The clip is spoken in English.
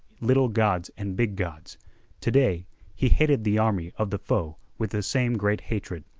little gods and big gods to-day he hated the army of the foe with the same great hatred.